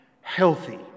healthy